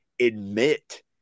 admit